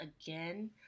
again